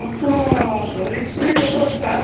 ଆପଣ ଧରିତ୍ରୀ ପେପର୍ ଟା